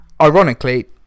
Ironically